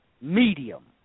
medium